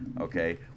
okay